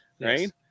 right